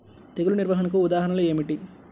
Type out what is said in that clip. తెగులు నిర్వహణకు ఉదాహరణలు ఏమిటి?